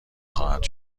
خواهد